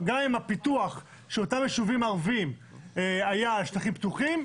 גם אם הפיתוח של אותם יישובים ערבים היה על שטחים פתוחים,